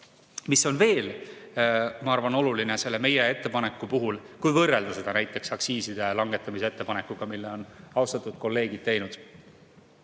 Mis on veel, ma arvan, oluline meie ettepaneku puhul? Kui võrrelda seda näiteks aktsiiside langetamise ettepanekuga, mille on austatud kolleegid teinud,